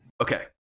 Okay